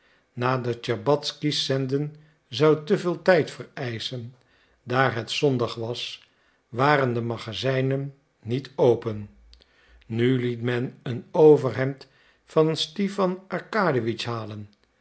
de tscherbatzky's zenden zou te veel tijd vereischen daar het zondag was waren de magazijnen niet open nu liet men een overhemd van stipan arkadiewitsch halen